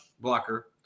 blocker